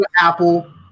Apple